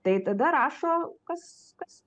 tai tada rašo kas kas